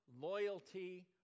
loyalty